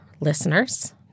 listeners